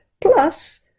plus